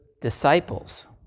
disciples